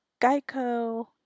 geico